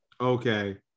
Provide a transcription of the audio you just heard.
Okay